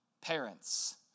parents